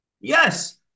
Yes